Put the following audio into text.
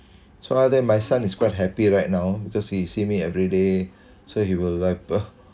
so uh then my son is quite happy right now because he see me everyday so he will like uh